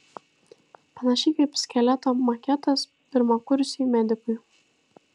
panašiai kaip skeleto maketas pirmakursiui medikui